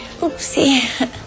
oopsie